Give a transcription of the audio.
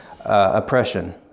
oppression